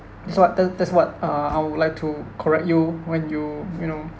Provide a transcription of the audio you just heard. that's what that that's what uh I would like to correct you when you you know